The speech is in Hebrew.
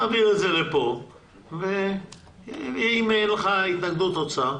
נעביר את זה לכאן ואם אין לך התנגדות אוצר,